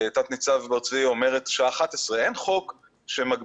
תת-ניצב בר צבי אומרת שעה 23:00. אין חוק שמגביל